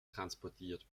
transportiert